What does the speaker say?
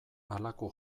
halako